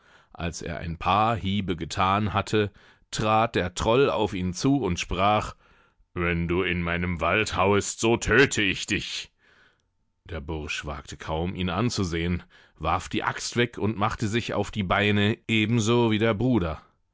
als er ein paar hiebe gethan hatte trat der troll auf ihn zu und sprach wenn du in meinem wald hauest so tödte ich dich der bursch wagte kaum ihn anzusehen warf die axt weg und machte sich auf die beine eben so wie der bruder